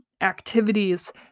activities